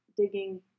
digging